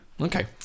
Okay